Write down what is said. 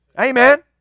Amen